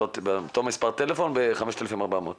באותו מספר טלפון או ב-5400*?